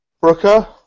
Brooker